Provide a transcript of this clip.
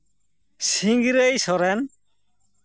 Singrai Soren